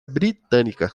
britânica